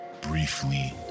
briefly